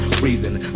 breathing